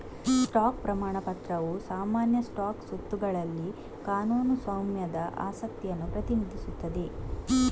stock ಪ್ರಮಾಣ ಪತ್ರವು ಸಾಮಾನ್ಯ ಸ್ಟಾಕ್ ಸ್ವತ್ತುಗಳಲ್ಲಿ ಕಾನೂನು ಸ್ವಾಮ್ಯದ ಆಸಕ್ತಿಯನ್ನು ಪ್ರತಿನಿಧಿಸುತ್ತದೆ